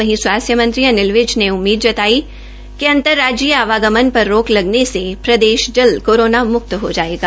वहीं स्वास्थ्य मंत्री अनिल विज ने उम्मीद जताई कि अंतर राज्यीय आवागमन पर रोक लगाने से प्रदेश जल्द कोरोना म्क्त हो जायेगा